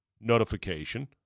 notification